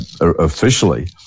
officially